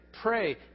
pray